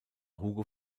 hugo